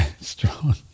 strong